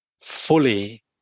fully